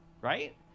right